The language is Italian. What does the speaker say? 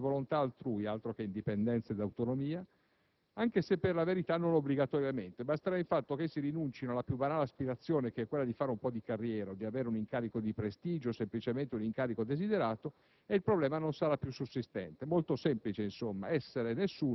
I giudici, ancora una volta, solo i singoli giudici, appiattiti sulle volontà altrui (altro che indipendenza ed autonomia), anche se, per la verità, non obbligatoriamente: basta infatti che rinuncino alla più banale aspirazione, che è quella di fare un po' di carriera o di avere un incarico di prestigio o semplicemente desiderato